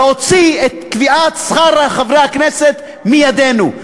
להוציא את קביעת שכר חברי הכנסת מידינו.